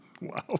Wow